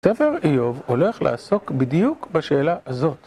ספר איוב הולך לעסוק בדיוק בשאלה הזאת